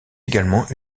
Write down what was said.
également